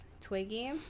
Twiggy